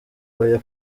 oya